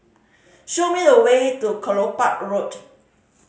show me the way to Kelopak Road